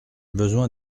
besoin